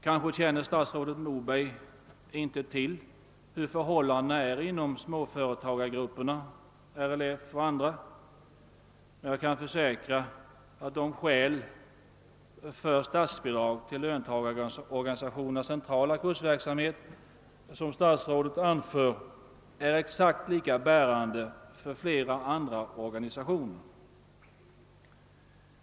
Kanske känner statsrådet Moberg inte till hur förhållandena är inom småföretagargrupperna, RLF och andra, men jag kan försäkra att de skäl för statsbidrag till löntagarorganisationernas centrala kursverksamhet som statsrådet anför är exakt lika bärande för flera andra organisationer.